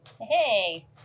Hey